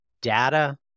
data